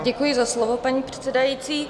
Děkuji za slovo, paní předsedající.